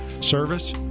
Service